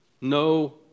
No